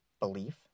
belief